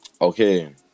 Okay